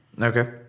Okay